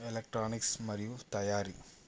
electronics మరియు తయారీ